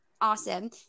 awesome